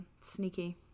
sneaky